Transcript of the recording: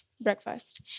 breakfast